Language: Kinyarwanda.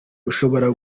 ushobora